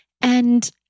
And-